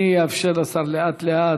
אני אאפשר לשר לאט-לאט,